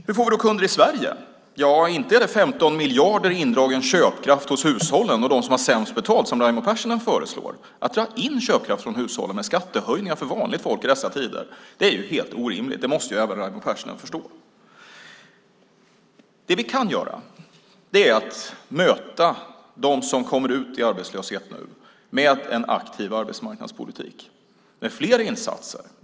Hur får vi då kunder i Sverige? Inte är det, som Raimo Pärssinen föreslår, genom 15 miljarder indragen köpkraft hos hushållen och hos dem som har sämst betalt. Att dra in köpkraft från hushållen med skattehöjningar för vanligt folk i dessa tider är helt orimligt. Det måste även Raimo Pärssinen förstå. Vi kan möta dem som nu kommer ut i arbetslöshet med en aktiv arbetsmarknadspolitik med fler insatser.